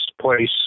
place